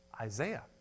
Isaiah